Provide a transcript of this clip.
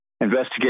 Investigate